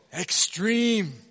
extreme